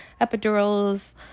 epidurals